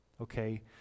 Okay